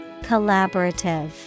Collaborative